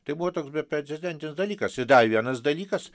tai buvo toks beprecedentis dalykas ir dar vienas dalykas